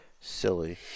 silly